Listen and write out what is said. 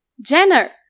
Jenner